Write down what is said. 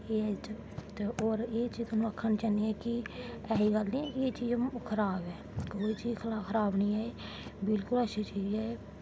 एह् ऐ ते एह् चीज तोआनूं आखना चाह्न्नी आं कि ऐसी गल्ल निं ऐ कि चीज खराब ऐ कोई चीज खराब निं ऐ बिल्कुल अच्छी चीज ऐ एह्